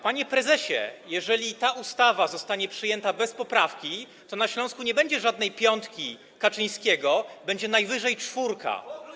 Panie prezesie, jeżeli ta ustawa zostanie przyjęta bez poprawki, to na Śląsku nie będzie żadnej piątki Kaczyńskiego, będzie najwyższej czwórka.